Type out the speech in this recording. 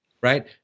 Right